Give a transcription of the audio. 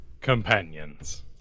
Companions